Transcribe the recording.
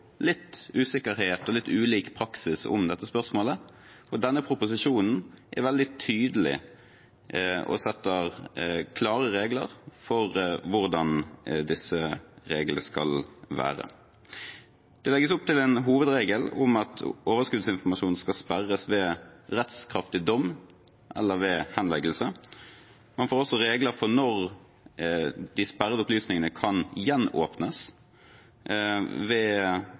litt usikkerhet og er litt ulik praksis i dette spørsmålet. Denne proposisjonen er veldig tydelig og setter klare regler for hvordan disse reglene skal være. Det legges opp til en hovedregel om at overskuddsinformasjonen skal sperres ved rettskraftig dom eller ved henleggelse. Man får også regler for når de sperrede opplysningene kan gjenåpnes – f.eks. ved